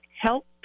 help